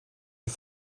die